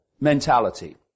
mentality